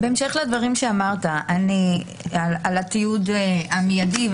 בהמשך לדברים שאמרת על התיעוד המיידי,